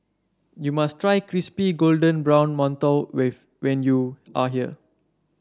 you must try Crispy Golden Brown Mantou when you are here